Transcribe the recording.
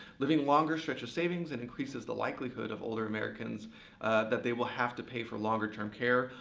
living longer stretches savings and increases the likelihood of older americans that they will have to pay for longer-term care.